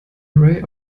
array